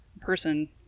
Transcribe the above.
person